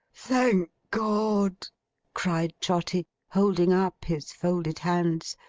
thank god cried trotty, holding up his folded hands.